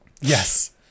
Yes